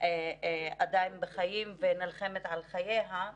עדיין בחיים ונלחמת על חייה.